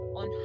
on